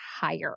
higher